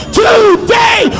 today